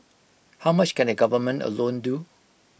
how much can the government alone do